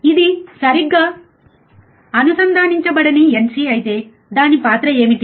ఇది సరిగ్గా అనుసంధానించబడని nc అయితే దాని పాత్ర ఏమిటి